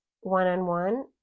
one-on-one